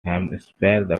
hampshire